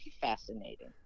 fascinating